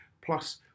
Plus